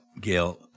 Gail